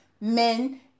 men